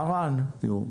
ערן, בבקשה.